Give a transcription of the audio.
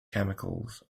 chemicals